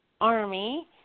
Army